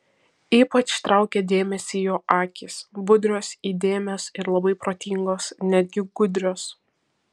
ypač traukė dėmesį jo akys budrios įdėmios ir labai protingos netgi gudrios